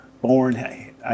born